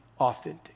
authentic